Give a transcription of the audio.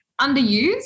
underused